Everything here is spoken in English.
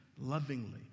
lovingly